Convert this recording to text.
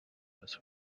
was